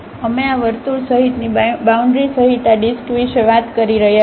તેથી અમે આ વર્તુળ સહિતની બાઉન્ડ્રી સહિત આ ડિસ્ક વિશે વાત કરી રહ્યા છીએ